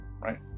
right